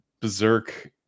berserk